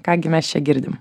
ką gi mes čia girdim